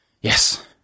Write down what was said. yes